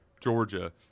Georgia